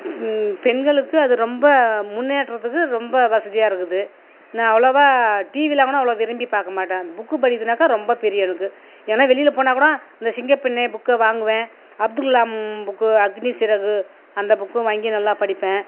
பெண்களுக்கு அது ரொம்ப முன்னேற்றத்துக்கு ரொம்ப வசதியாக இருக்குது நான் அவ்வளோவா டிவிலாம் கூட அவ்வளோவா விரும்பி பார்க்க மாட்டேன் அந்த புக்கு படிக்கிறதுனாக்க ரொம்ப பிரியம் எனக்கு எங்கேனா வெளியில் போனால் கூட இந்த சிங்கப்பெண்ணே புக்கை வாங்குவேன் அப்துல் கலாம் புக்கு அக்னி சிறகு அந்த புக்கும் வாங்கி நல்லா படிப்பேன்